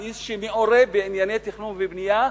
כאיש שמעורה בענייני תכנון ובנייה,